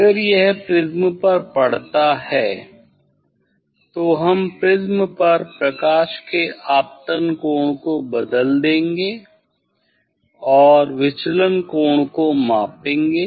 अगर यह प्रिज्म पर पड़ता है तो हम प्रिज्म पर प्रकाश के आपतन कोण को बदल देंगे और विचलन को मापेंगे